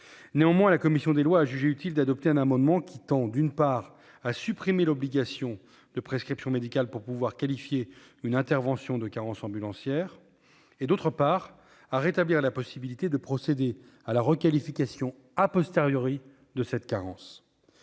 Néanmoins, la commission des lois a jugé utile d'adopter un amendement qui tend, d'une part, à supprimer l'obligation de prescription médicale pour pouvoir qualifier une intervention de carence ambulancière et, d'autre part, à rétablir la possibilité de procéder à la requalification de cette carence.